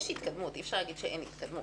יש התקדמות, אי אפשר להגיד שאין התקדמות.